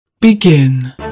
Begin